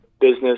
business